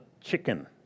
chicken